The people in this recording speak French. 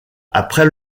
après